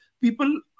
people